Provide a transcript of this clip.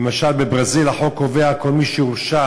למשל בברזיל החוק קובע כל מי שהורשע